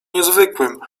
niezwykłym